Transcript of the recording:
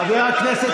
חבר הכנסת